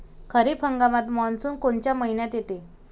खरीप हंगामात मान्सून कोनच्या मइन्यात येते?